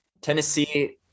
Tennessee